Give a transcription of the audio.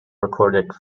recorded